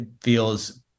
feels